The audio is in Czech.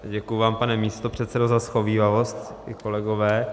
Děkuji vám, pane místopředsedo, za shovívavost, i kolegům.